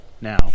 now